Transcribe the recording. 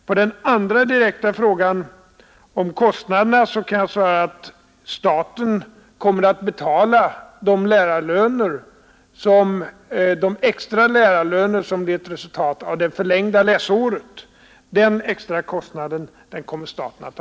På den andra direkta frågan om kostnaderna kan jag svara att staten kommer att ta på sig kostnaden för de extra lärarlöner som blir en följd av det förlängda läsåret.